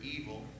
evil